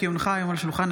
כי הונחה היום על שולחן,